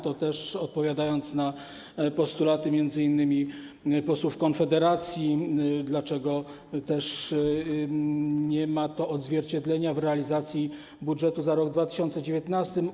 To odpowiadając na postulaty m.in. posłów Konfederacji, dlaczego nie ma to odzwierciedlenia w realizacji budżetu za rok 2019.